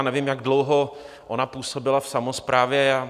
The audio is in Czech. Nevím, jak dlouho ona působila v samosprávě.